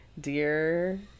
dear